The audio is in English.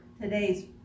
today's